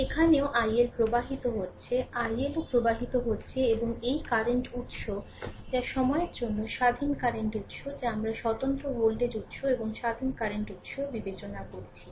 এখানেও IL প্রবাহিত হচ্ছে ILও প্রবাহিত হচ্ছে এবং এই কারেন্ট উত্স যা সময়ের জন্য স্বাধীন কারেন্ট উত্স যা আমরা স্বতন্ত্র ভোল্টেজ উত্স এবং স্বাধীন কারেন্ট উত্স বিবেচনা করেছি